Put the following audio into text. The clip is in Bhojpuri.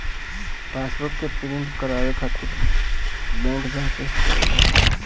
पासबुक के प्रिंट करवावे खातिर बैंक जाए के पड़ेला